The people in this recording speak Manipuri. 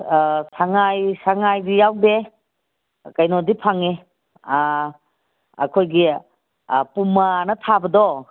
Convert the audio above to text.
ꯁꯉꯥꯏ ꯁꯉꯥꯏꯗꯤ ꯌꯥꯎꯗꯦ ꯀꯩꯅꯣꯗꯤ ꯐꯪꯉꯦ ꯑꯩꯈꯣꯏꯒꯤ ꯄꯨꯃꯥꯅ ꯊꯥꯕꯗꯣ